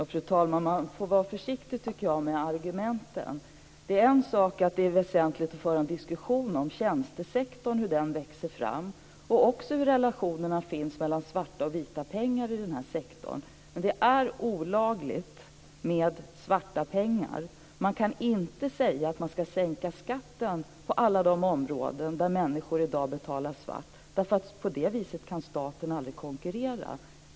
Herr talman! Man får vara försiktig med argumenten, tycker jag. Det är en sak att det är väsentligt att föra en diskussion om hur tjänstesektorn växer fram och om relationerna mellan svarta och vita pengar i den sektorn. Men det är olagligt med svarta pengar. Man kan inte säga att man skall sänka skatten på alla de områden där människor i dag betalar svart. På det viset kan staten aldrig konkurrera.